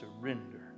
surrender